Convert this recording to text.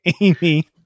Amy